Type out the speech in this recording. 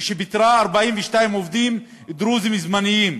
כשפיטרה 42 עובדים דרוזים זמניים,